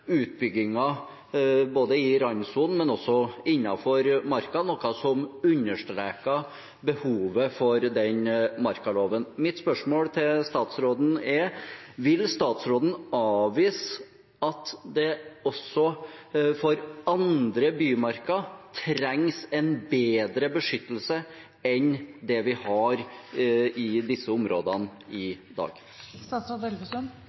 utbygginger både i randsonen av og innenfor Marka, noe som understreker behovet for markaloven. Mitt spørsmål til statsråden er: Vil statsråden avvise at det også for andre bymarker trengs en bedre beskyttelse enn det vi har av disse områdene